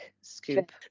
scoop